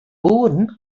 boeren